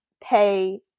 pay